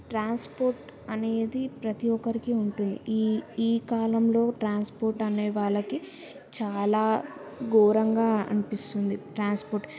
transport అనేది ప్రతీ ఒక్కరికి ఉంటుంది ఈ ఈ కాలంలో ట్రాన్స్పోర్ట్ అనేవాళ్ళకి చాలా ఘోరంగా అనిపిస్తుంది ట్రాన్స్పోర్ట్